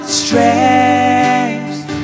strength